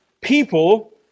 people